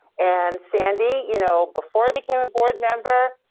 and sandy, you know before i became a board member,